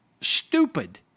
stupid